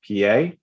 PA